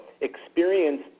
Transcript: experience